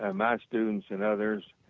ah my students and others.